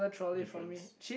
difference